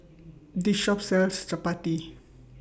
This Shop sells Chapati